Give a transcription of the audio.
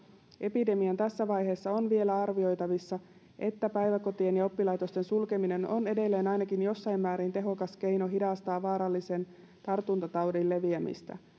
epidemian tässä vaiheessa on vielä arvioitavissa että päiväkotien ja oppilaitosten sulkeminen on edelleen ainakin jossain määrin tehokas keino hidastaa vaarallisen tartuntataudin leviämistä